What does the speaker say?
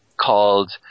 called